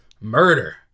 murder